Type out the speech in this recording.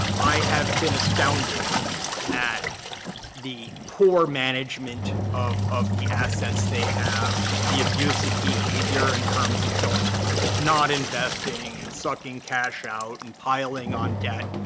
but i have been astounded at the poor management of of the assets they have, the abusive behavior in terms of just not investing, and sucking cash out, and piling on debt.